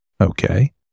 okay